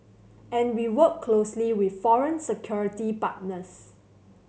and we work closely with foreign security partners